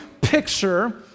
picture